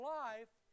life